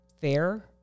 fair